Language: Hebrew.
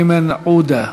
איימן עודה.